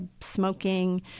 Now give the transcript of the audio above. smoking